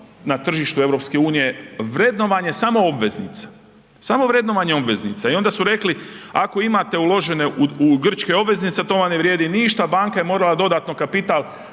na tržištu EU. Vrednovanje samo obveznica, samo vrednovanje obveznica i onda su rekli, ako imate uložene u grčke obveznice, to vam ne vrijedi ništa, banka je morala dodatno kapital